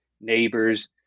neighbors